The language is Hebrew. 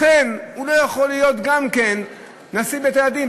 לכן הוא לא יכול להיות גם כן נשיא בתי-הדין.